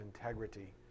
integrity